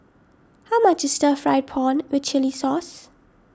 how much is Stir Fried Prawn with Chili Sauce